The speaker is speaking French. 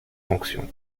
fonctions